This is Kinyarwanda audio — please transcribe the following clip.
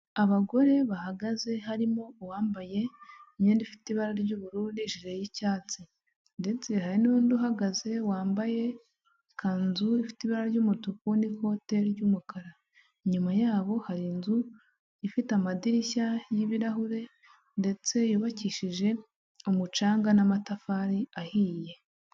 Abagore bahagaze harimo uwambaye imyenda ifite ibara ry'ubururu n'ijire y'icyatsi ndetse hari n'undi uhagaze wambaye ikanzu ifite ibara ry'umutuku n'ikote ry'umukara, inyuma yabo hari inzu ifite amadirishya y'ibirahure ndetse yubakishije umucanga n'amatafari ahiye.